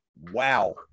wow